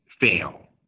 fail